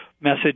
message